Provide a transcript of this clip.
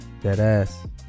Deadass